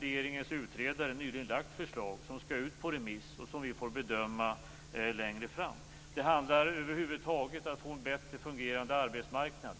regeringens utredare nyligen lagt fram ett förslag som nu skall ut på remiss och som vi får bedöma längre fram. Det handlar över huvud taget om att få en bättre fungerande arbetsmarknad.